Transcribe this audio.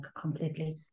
completely